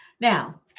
Now